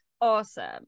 awesome